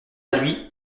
lui